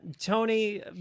tony